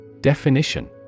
Definition